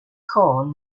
corn